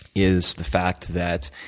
is the fact that,